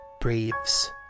breathes